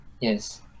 Yes